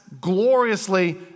gloriously